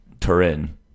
Turin